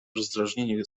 rozdrażnienie